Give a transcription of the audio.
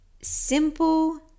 simple